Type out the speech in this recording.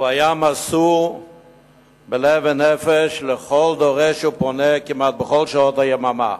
הוא היה מסור בלב ובנפש לכל דורש ופונה כמעט בכל שעות היממה.